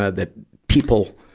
ah that people